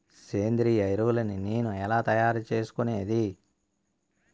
సేంద్రియ ఎరువులని నేను ఎలా తయారు చేసుకునేది?